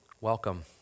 welcome